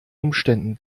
umständen